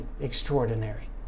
extraordinary